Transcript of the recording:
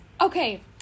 Okay